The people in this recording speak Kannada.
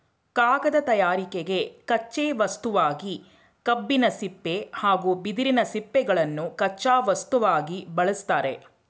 ಕಾಗದ ತಯಾರಿಕೆಗೆ ಕಚ್ಚೆ ವಸ್ತುವಾಗಿ ಕಬ್ಬಿನ ಸಿಪ್ಪೆ ಹಾಗೂ ಬಿದಿರಿನ ಸಿಪ್ಪೆಗಳನ್ನು ಕಚ್ಚಾ ವಸ್ತುವಾಗಿ ಬಳ್ಸತ್ತರೆ